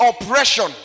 oppression